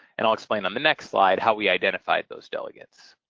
and i'll explain on the next slide how we identified those delegates.